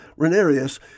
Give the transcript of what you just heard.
Renarius